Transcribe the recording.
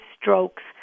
strokes